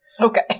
Okay